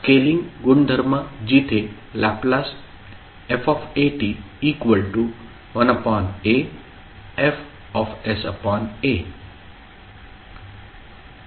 scaling गुणधर्म जिथे Lf 1aFsa